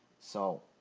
so